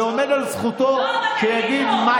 נוכל, רמאי,